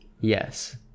yes